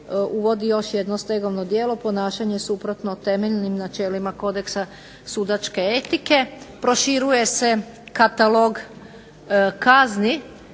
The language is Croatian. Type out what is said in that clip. uvodi još jedno stegovno djelo ponašanje suprotno temeljnim načelnima kodeksa sudačke etike, proširuje se katalog kazni.